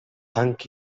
fang